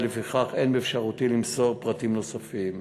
ולפיכך אין באפשרותי למסור פרטים נוספים.